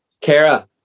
Kara